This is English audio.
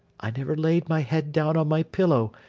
i never laid my head down on my pillow,